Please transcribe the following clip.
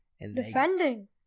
Defending